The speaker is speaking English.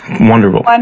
Wonderful